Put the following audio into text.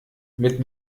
mit